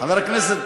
בכל מקום אתה רוצה.